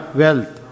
wealth